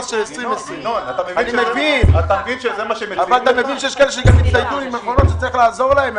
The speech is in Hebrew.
אתה מבין שיש כאלה שהצטיידו במכונות וצריך לעזור להם,